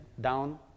down